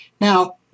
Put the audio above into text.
Now